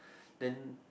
then